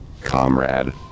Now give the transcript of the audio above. comrade